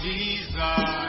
Jesus